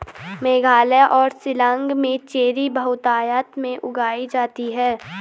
मेघालय और शिलांग में चेरी बहुतायत में उगाई जाती है